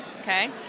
Okay